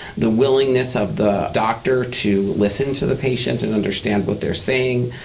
the willingness of the doctor to listen to the patient and understand what they are saying,